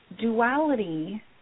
duality